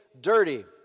dirty